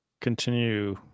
continue